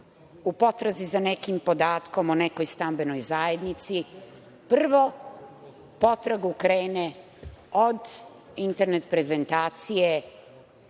u potrazi za nekim podatkom o nekoj stambenoj zajednici prvo potragu krene od internet prezentacije